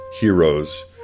heroes